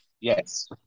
Yes